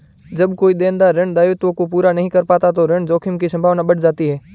जब कोई देनदार ऋण दायित्वों को पूरा नहीं कर पाता तो ऋण जोखिम की संभावना बढ़ जाती है